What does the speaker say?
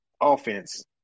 offense